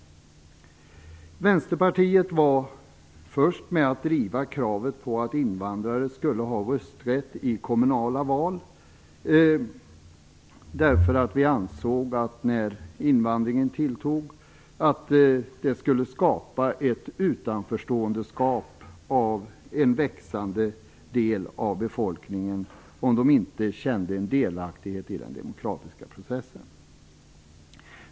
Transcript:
Vänsterpartiet var först med att driva kravet på att invandrare skulle ha rösträtt i kommunala val, därför att vi ansåg att det när invandringen tilltog skulle skapa ett utanförskap för en växande del av befolkningen om de inte kände delaktighet i den demokratiska processen.